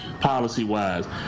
policy-wise